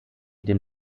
dem